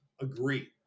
agree